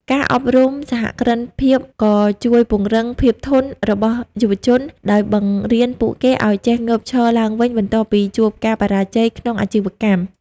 ការអប់រំសហគ្រិនភាពក៏ជួយពង្រឹង "ភាពធន់" របស់យុវជន ដោយបង្រៀនពួកគេឱ្យចេះងើបឈរឡើងវិញបន្ទាប់ពីជួបការបរាជ័យក្នុងអាជីវកម្ម។